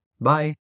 Bye